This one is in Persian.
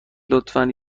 لطفا